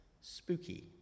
spooky